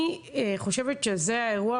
אני חושבת שזה האירוע,